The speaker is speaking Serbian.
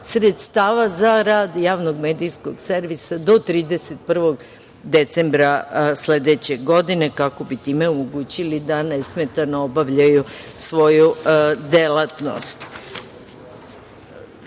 sredstava za rad javnog medijskog servisa do 31. decembra sledeće godine, kako bi time omogućili da nesmetano obavljaju svoju delatnost. Visina